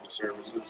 services